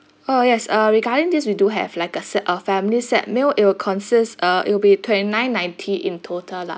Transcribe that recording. oh yes uh regarding this we do have like a set a family set meal it'll consist uh it'll be twenty nine ninety in total lah